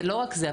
זה לא רק זה.